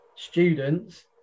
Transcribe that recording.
Students